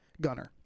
Gunner